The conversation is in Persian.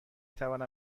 توانم